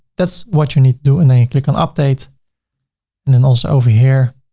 that's what you need to do and then you click on update and then also over here,